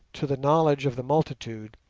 to the knowledge of the multitude,